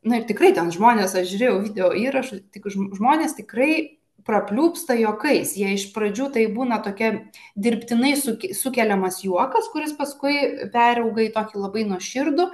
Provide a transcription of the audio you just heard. na ir tikrai ten žmonės aš žiūrėjau video įrašų tik žmonės tikrai prapliups juokais jie iš pradžių tai būna tokia dirbtinai suki sukeliamas juokas kuris paskui perauga į tokį labai nuoširdų